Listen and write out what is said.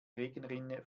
regenrinne